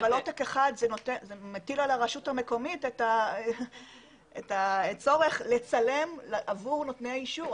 אבל עותק אחד מטיל על הרשות המקומית את הצורך לצלם עבור נותני האישור,